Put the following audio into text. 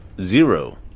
zero